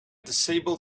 disabled